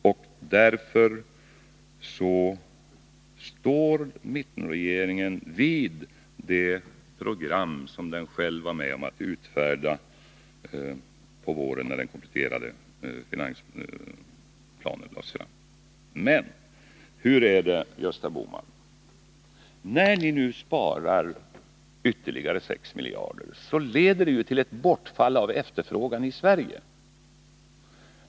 Mittenregeringen står alltså fast vid det program som den var med om att utfärda på våren, när den reviderade finansplanen lades fram. Men, Gösta Bohman, vilka effekter får ert budgetförslag? Förslaget att spara ytterligare 6 miljarder leder ju till ett bortfall när det gäller efterfrågan i Sverige.